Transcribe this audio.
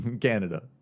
Canada